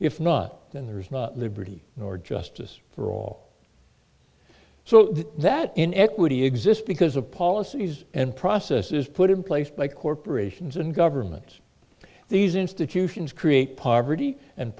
if not then there's not liberty nor justice for all so that inequity exists because of policies and process is put in place by corporations and governments these institutions create poverty and